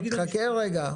--- חכה רגע.